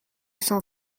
cent